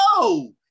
No